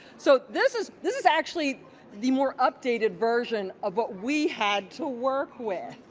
so this is this is actually the more updated version of what we had to work with.